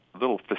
little